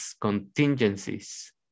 contingencies